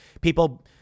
People